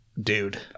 dude